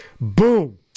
boom